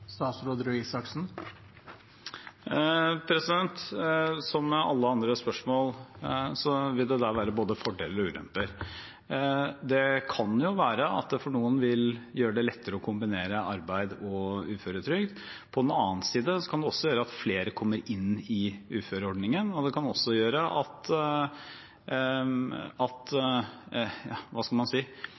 Som med alle andre spørsmål vil det der være både fordeler og ulemper. Det kan være at det for noen vil gjøre det lettere å kombinere arbeid og uføretrygd. På den annen side kan det gjøre at flere kommer inn i uføreordningen. Det kan også gjøre at